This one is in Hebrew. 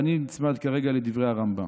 אני נצמד כרגע לדברי הרמב"ם: